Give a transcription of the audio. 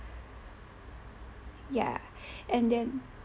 ya and then